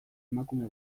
emakume